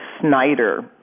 Snyder